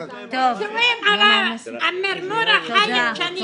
על מרמור החיים שאני קיבלתי.